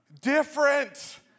different